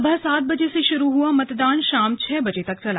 सुबह सात बजे से शुरू हुआ मतदान शाम छह बजे तक चला